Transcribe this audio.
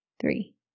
three